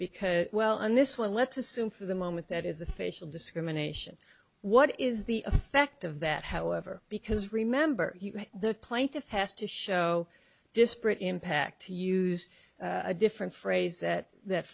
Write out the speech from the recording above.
because well on this one let's assume for the moment that is official discrimination what is the effect of that however because remember the plaintiff has to show disparate impact to use a different phrase that that